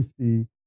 50